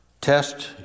Test